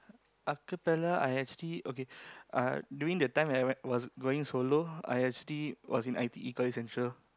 acapella I actually okay uh during the time that I went was going solo I actually was in i_t_e college central